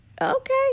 Okay